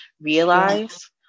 realize